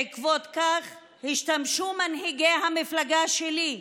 בעקבות זאת השתמשו מנהיגי המפלגה שלי,